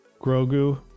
grogu